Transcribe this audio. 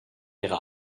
ihrer